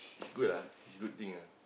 is good ah is good thing ah